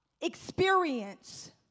Experience